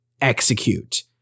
execute